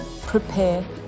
prepare